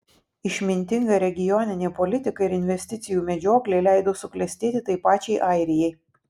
išmintinga regioninė politika ir investicijų medžioklė leido suklestėti tai pačiai airijai